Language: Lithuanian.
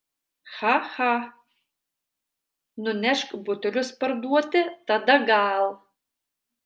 cha cha nunešk butelius parduoti tada gal